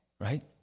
Right